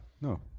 No